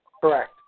Correct